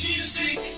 Music